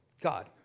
God